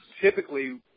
Typically